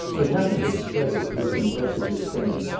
it happened that strether, looking thus at his friend,